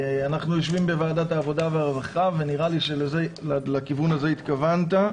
אנחנו יושבים בוועדת העבודה והרווחה ונראה לי שלכיוון הזה התכוונת.